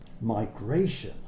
migration